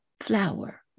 flower